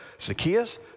Zacchaeus